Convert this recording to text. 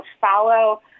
Follow